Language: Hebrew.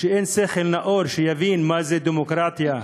שאין שכל נאור שיבין מה זו דמוקרטיה,